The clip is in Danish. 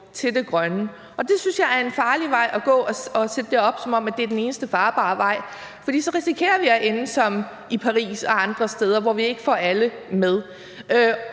til det grønne. Og jeg synes, det er en farlig vej at gå at sætte det op, som om det er den eneste farbare vej, for så risikerer vi at ende som i Paris og andre steder, hvor vi ikke får alle med.